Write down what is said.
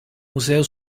museo